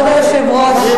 כבוד היושב-ראש,